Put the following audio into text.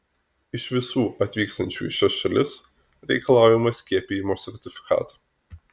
iš visų atvykstančių į šias šalis reikalaujama skiepijimo sertifikato